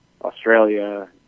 Australia